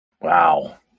Wow